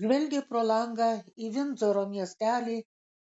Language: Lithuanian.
žvelgė pro langą į vindzoro miestelį